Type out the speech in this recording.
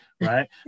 right